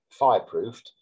fireproofed